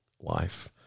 life